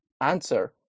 answer